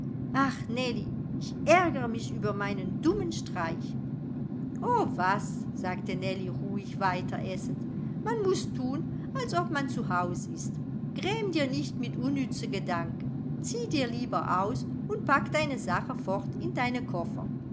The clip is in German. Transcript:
ach nellie ich ärgere mich über meinen dummen streich o was sagte nellie ruhig weiter essend man muß thun als ob man zu haus ist gräm dir nicht mit unnütze gedanke zieh dir lieber aus und pack deine sache fort in deine koffer